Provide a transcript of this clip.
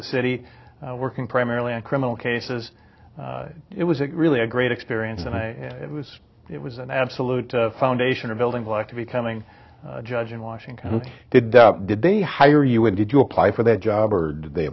the city working primarily in criminal cases it was really a great experience and i was it was an absolute foundation of building block to becoming a judge in washington did they did they hire you and did you apply for that job or did they